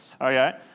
okay